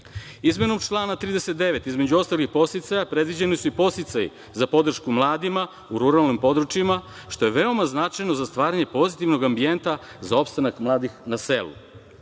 sredine. Izmenom člana 39. između ostalih podsticaja, predviđeni su i podsticaji za podršku mladima u ruralnim područjima što je veoma značajno za stvaranje pozitivnog ambijenta za opstanak mladih na selu.